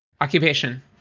occupation